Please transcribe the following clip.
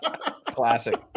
Classic